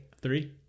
three